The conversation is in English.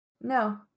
No